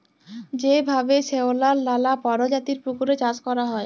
যেভাবে শেঁওলার লালা পরজাতির পুকুরে চাষ ক্যরা হ্যয়